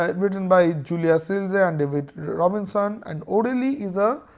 ah written by julia silge and david robinson and o'reilly is a